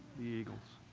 the eagles.